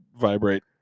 vibrate